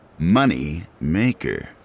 Moneymaker